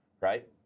right